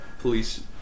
police